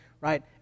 right